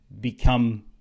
become